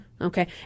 Okay